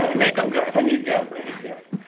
and make them good. i need guests. i need guests.